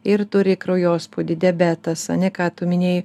ir turi kraujospūdį diabetas ane ką tu minėjai